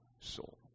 soul